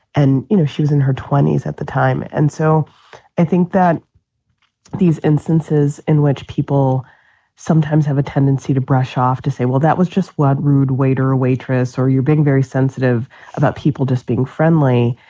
and, you know, she was in her twenty s at the time and so i think that these instances in which people sometimes have a tendency to brush off to say, well, that was just what rude waiter or waitress or you're being very sensitive about people just being friendly.